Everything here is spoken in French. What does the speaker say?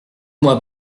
mois